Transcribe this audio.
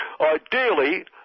Ideally